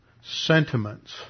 sentiments